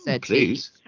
please